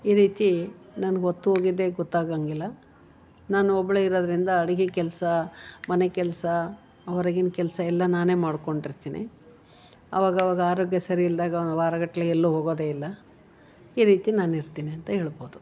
ಈ ರೀತಿ ನನ್ಗ ಹೊತ್ತು ಹೊಗಿದ್ದೇ ಗೊತ್ತಾಂಗಗಿಲ್ಲ ನಾನು ಒಬ್ಬಳೆ ಇರೋದ್ರಿಂದ ಅಡಿಗೆ ಕೆಲಸ ಮನೆ ಕೆಲಸ ಹೊರಗಿನ ಕೆಲಸ ಎಲ್ಲ ನಾನೇ ಮಾಡ್ಕೊಂಡಿರ್ತೀನಿ ಅವಾಗ ಅವಾಗ ಆರೋಗ್ಯ ಸರಿ ಇಲ್ದಾಗ ವಾರಗಟ್ಟಲೆ ಎಲ್ಲೂ ಹೋಗೋದೆ ಇಲ್ಲ ಈ ರೀತಿ ನಾನು ಇರ್ತೀನಿ ಅಂತ ಹೇಳ್ಬೋದು